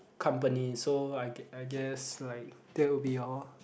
company so I gu~ I guess like that will be your